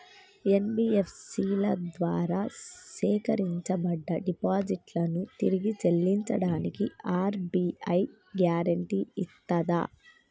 NBFC ల ద్వారా సేకరించబడ్డ డిపాజిట్లను తిరిగి చెల్లించడానికి ఆర్.బి.ఐ గ్యారెంటీ ఇస్తదా?